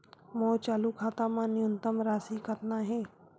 मोर चालू खाता मा न्यूनतम राशि कतना हे?